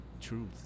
truth